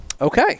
Okay